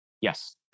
Yes